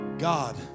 God